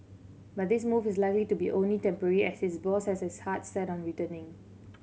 but this move is likely to only be temporary as his boss has his heart set on returning